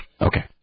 Okay